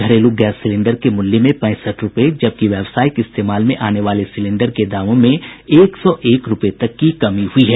घरेलू gas cylinder के मूल्य में पैंसठ रूपये जबकि व्यावसायिक इस्तेमाल में आने वाले सिलिंडर के दामों में एक सौ एक रूपये तक की कमी हयी है